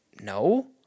No